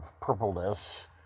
purpleness